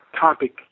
topic